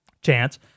chance